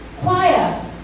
Choir